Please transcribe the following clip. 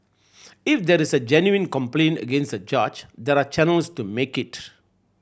if there is a genuine complaint against the judge there are channels to make it